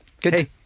good